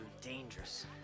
dangerous